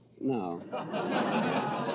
No